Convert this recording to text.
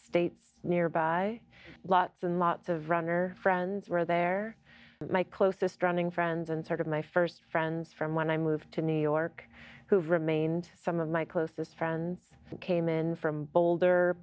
states nearby lots and lots of runner friends were there my closest running friends and sort of my first friends from when i moved to new york who've remained some of my closest friends came in from boulder